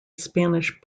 spanish